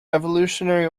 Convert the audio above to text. evolutionary